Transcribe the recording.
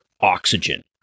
oxygen